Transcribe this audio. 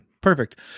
Perfect